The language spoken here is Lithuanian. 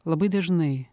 labai dažnai